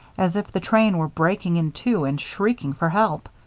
as if the train were breaking in two and shrieking for help.